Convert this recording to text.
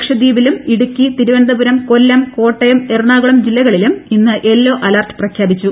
ലക്ഷദ്വീപിലും ഇടുക്കി തിരുവനന്തപുരം കൊല്ലം കോട്ടയം എറണാകുളം ജില്ലകളിലും ഇന്ന് യെല്ലോ അലെർട്ട് പ്രഖ്യാപിച്ചു